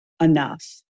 enough